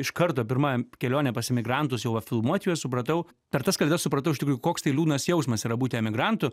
iš karto pirma kelionė pas emigrantus jau va filmuot juos supratau per tas kalėdas supratau iš tikrųjų koks tai liūdnas jausmas yra būti emigrantu